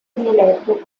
rieletto